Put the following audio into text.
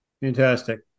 Fantastic